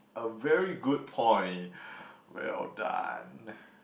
a very good point well done